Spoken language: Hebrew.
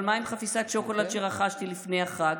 אבל מה עם חפיסת שוקולד שרכשתי לפני החג?